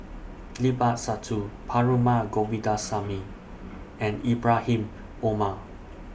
Sabtu Perumal Govindaswamy and Ibrahim Omar